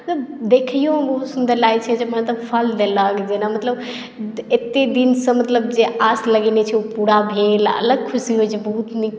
तऽ देखइयोमे बड़ सुन्दर लागैत छै जे मतलब फल देलक जेना मतलब एतेक दिनसँ मतलब जे आस लगेने छी ओ मतलब पूरा भेल अलग खुशी होइत छै बहुत नीक